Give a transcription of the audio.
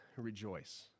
rejoice